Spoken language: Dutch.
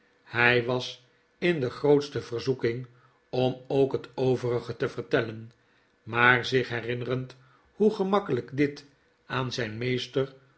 hij was in de grootste verzoeking om ook het overige te vertellen maar zich herinnerend hoe gemakkelijk dit aan zijn meester